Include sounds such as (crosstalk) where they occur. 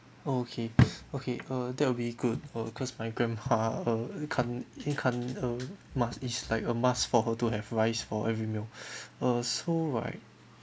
okay (breath) okay uh that will be good uh cause my grandma uh can't can't uh must is like a must for her to have rice for every meal (breath) uh so right